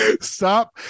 Stop